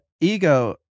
ego